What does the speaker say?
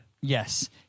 Yes